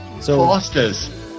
Foster's